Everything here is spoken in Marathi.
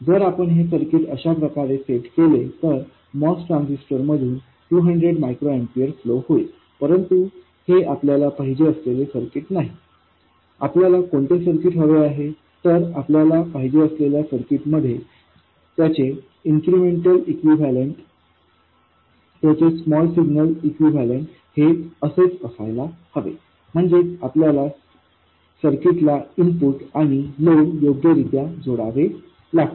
जर आपण हे सर्किट अशाप्रकारे सेट केले तर MOS ट्रान्झिस्टरमधून 200 मायक्रोएपीयर फ्लो होईल परंतु हे आपल्याला पाहिजे असलेले सर्किट नाही आपल्याला कोणते सर्किट पाहिजे आहे तर आपल्याला पाहिजे असलेल्या सर्किट मध्ये त्याचे इन्क्रिमेंटल इक्विवलन्ट त्याचे स्मॉल सिग्नल इक्विवेलेंट हे असेच असायला हवे म्हणजेच आपल्याला सर्किटला इनपुट आणि लोड योग्यरित्या जोडावे लागतील